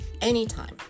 Anytime